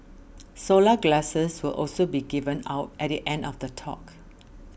solar glasses will also be given out at the end of the talk